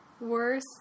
worse